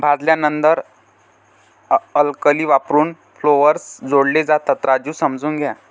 भाजल्यानंतर अल्कली वापरून फ्लेवर्स जोडले जातात, राजू समजून घ्या